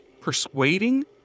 persuading